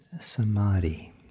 Samadhi